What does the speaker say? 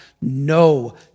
no